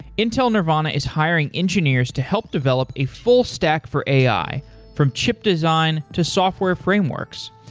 intel nervana is hiring engineers to help develop a full stack for ai from chip design to software frameworks.